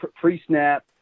Pre-snap